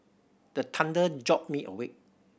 the thunder jolt me awake